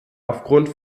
aufgrund